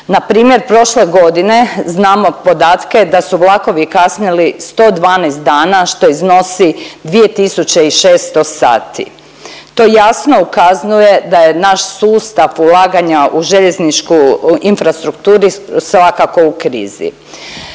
Npr. prošle godine znamo podatke da su vlakovi kasnili 112 dana što iznosi 2600 sati. To jasno ukazuje da je naš sustav ulaganja u željezničku infrastrukturi svakako u krizi.